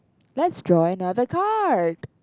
let's draw another card